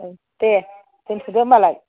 दे दोन्थ'दो होनबालाय